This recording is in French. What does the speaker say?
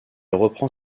reprend